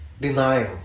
denying